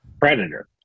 predator